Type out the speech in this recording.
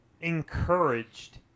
encouraged